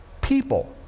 people